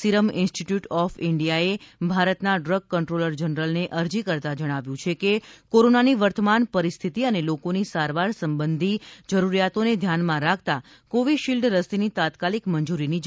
serum institute of ઇન્ડિયાએ ભારતના drug controller જનરલને અરજી કરતાં જણાવ્યું છે કે કોરોનાની વર્તમાન પરિસ્થિતિ અને લોકોની સારવાર સંબંધી જરૂરિયાતોને ધ્યાનમાં રાખતા કોવિશીલ્ડ રસીની તાત્કાલિક મંજુરીની જરૂરિયાત છે